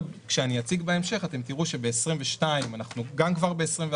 כשאני אציג בהמשך אתם תראו שב-2022 גם כבר ב-2021,